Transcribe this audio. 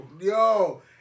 Yo